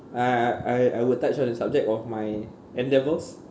uh I I would touch on the subject of my N levels